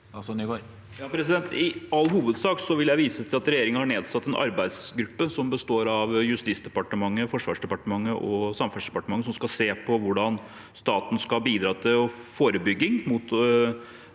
I all hovedsak vil jeg vise til at regjeringen har nedsatt en arbeidsgruppe som består av Justisdepartementet, Forsvarsdepartementet og Samferdselsdepartementet, og som skal se på hvordan staten skal bidra til forebygging av uønskede